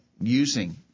using